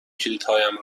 کلیدهایم